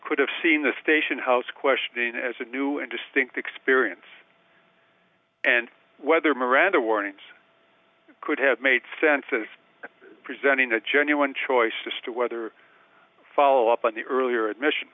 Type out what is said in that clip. could have seen the stationhouse question as a new and distinct experience and whether miranda warnings it could have made sense as presenting a genuine choice to whether follow up on the earlier admission